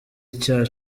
icya